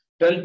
12%